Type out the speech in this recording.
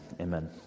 amen